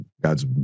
God's